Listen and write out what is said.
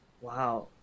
Wow